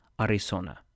Arizona